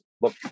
look